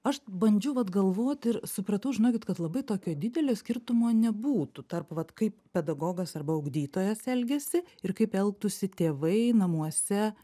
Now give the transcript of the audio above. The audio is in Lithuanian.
aš bandžiau vat galvot ir supratau žinokit kad labai tokio didelio skirtumo nebūtų tarp vat kaip pedagogas arba ugdytojas elgiasi ir kaip elgtųsi tėvai namuose